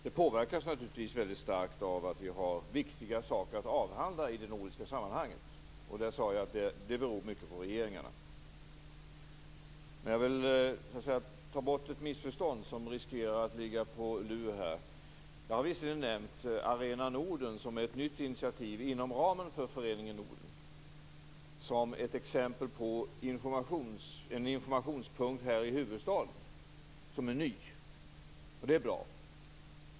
Det påverkas naturligtvis starkt av att vi har viktiga saker att avhandla i det nordiska sammanhanget. Det beror mycket på regeringarna. Jag vill undanröja ett missförstånd som riskerar att ligga på lut. Jag har visserligen nämnt Arena Norden som ett nytt initiativ inom ramen för Föreningen Norden. Det är ett exempel på en ny informationspunkt här i huvudstaden.